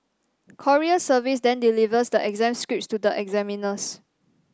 courier service then delivers the exam scripts to the examiners